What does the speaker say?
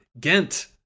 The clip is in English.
Ghent